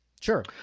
Sure